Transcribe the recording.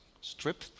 Strip